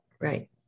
Right